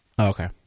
Okay